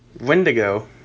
Wendigo